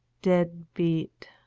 dead beat!